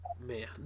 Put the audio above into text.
man